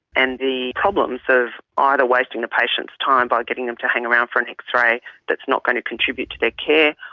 and the problems of either ah and wasting the patient's time by getting them to hang around for an x-ray that is not going to contribute to their care,